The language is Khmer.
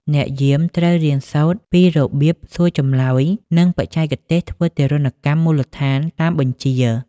អ្នកយាមត្រូវរៀនសូត្រពីរបៀបសួរចម្លើយ និងបច្ចេកទេសធ្វើទារុណកម្មមូលដ្ឋានតាមបញ្ជា។